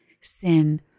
sin